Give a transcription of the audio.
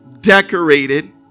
decorated